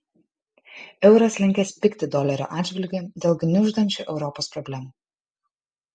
euras linkęs pigti dolerio atžvilgiu dėl gniuždančių europos problemų